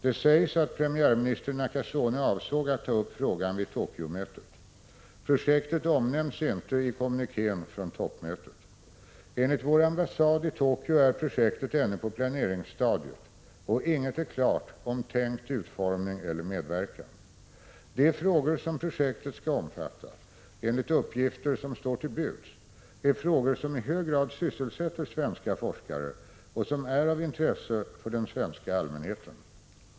Det sägs att premiärminister Nakasone avsåg ta upp frågan vid Tokyomötet. Projektet omnämns inte i kommunikén från toppmötet. Enligt vår ambassad i Tokyo är projektet ännu på planeringsstadiet, och inget är klart om tänkt utformning eller medverkan. De frågor som projektet skall omfatta, enligt uppgifter som står till buds, är frågor som i hög grad sysselsätter svenska forskare och som är av intresse för den svenska allmänheten.